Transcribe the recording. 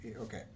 okay